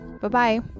Bye-bye